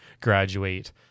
graduate